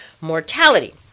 mortality